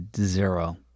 zero